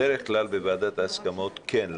בדרך כלל בוועדת ההסכמות כן,